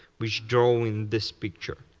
which drawing this picture.